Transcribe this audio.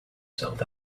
south